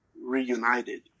reunited